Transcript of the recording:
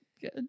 good